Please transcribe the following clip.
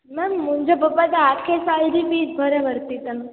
ma'am मुहिंजे papa त आखिरी साल जी फीस भरे वरिती अथनि